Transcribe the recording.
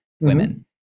women